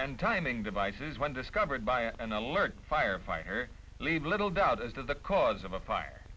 and timing devices when discovered by an alert firefighter leave little doubt as to the cause of a